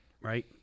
right